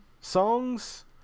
songs